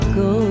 go